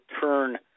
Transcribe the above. turn